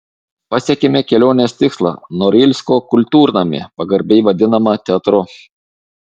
pasiekėme kelionės tikslą norilsko kultūrnamį pagarbiai vadinamą teatru